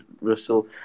Russell